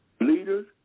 Leaders